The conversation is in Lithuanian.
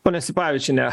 ponia sipavičiene